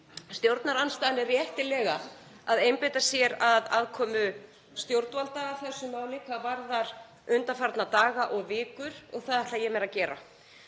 Stjórnarandstaðan er réttilega að einbeita sér að aðkomu stjórnvalda að þessu máli hvað varðar undanfarna daga og vikur og það ætla ég mér að gera.